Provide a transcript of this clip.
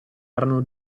erano